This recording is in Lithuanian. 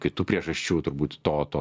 kitų priežasčių turbūt to to